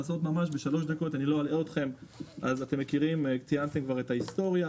(הצגת מצגת) ציינתם כבר את ההיסטוריה